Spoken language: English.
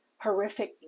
horrific